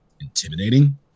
intimidating